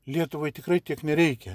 lietuvai tikrai tiek nereikia